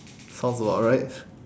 sounds about right